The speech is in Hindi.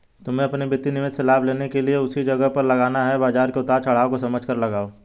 तुम्हे अपने वित्तीय निवेश से लाभ लेने के लिए उसे सही जगह लगाना है तो बाज़ार के उतार चड़ाव को समझकर लगाओ